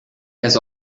has